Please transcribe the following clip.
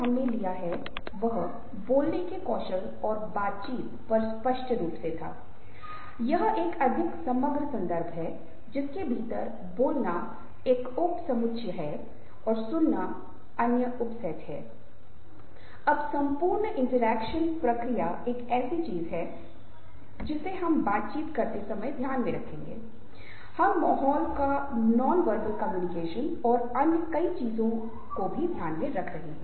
हमने इसके साथ शुरुआत की और वहां मैंने आपसे वादा किया कि हम इस सत्र में चेहरे के भावों के बारे में बात करेंगे और हम छल की अवधारणा को देखेंगे जो अभी ऑनलाइन है और हम इसे कवर करने का प्रयास कर रहे हैं